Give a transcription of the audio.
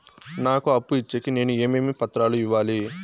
నాకు అప్పు ఇచ్చేకి నేను ఏమేమి పత్రాలు ఇవ్వాలి